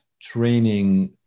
training